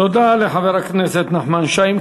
תודה לחבר הכנסת נחמן שי.